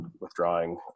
withdrawing